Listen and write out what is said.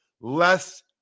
Less